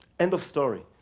end of story.